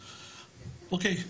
אוקיי.